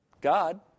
God